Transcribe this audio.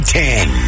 ten